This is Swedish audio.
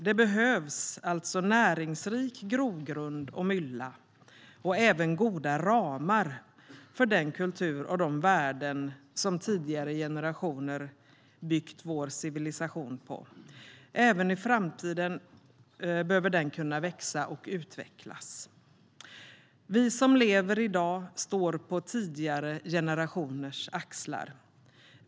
Det behövs alltså näringsrik grogrund och mylla och även goda ramar för att den kultur och de värden som tidigare generationer byggt vår civilisation på ska kunna växa och utvecklas även i framtiden. Vi som lever i dag står på tidigare generationers axlar.